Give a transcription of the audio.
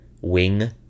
wing